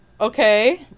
okay